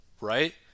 right